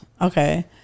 okay